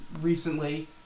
recently